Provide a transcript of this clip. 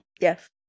Yes